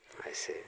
ऐसे